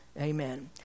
Amen